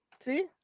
See